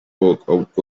book